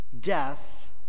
death